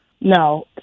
No